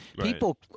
People